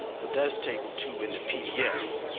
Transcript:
but that's table two in the pdf.